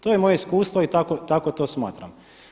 To je moje iskustvo i tako to smatram.